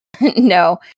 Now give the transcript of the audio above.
no